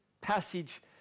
passage